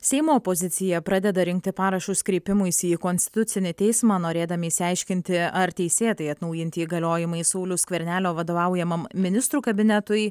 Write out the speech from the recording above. seimo opozicija pradeda rinkti parašus kreipimuisi į konstitucinį teismą norėdami išsiaiškinti ar teisėtai atnaujinti įgaliojimai sauliaus skvernelio vadovaujamam ministrų kabinetui